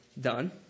done